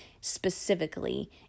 specifically